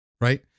right